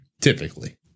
typically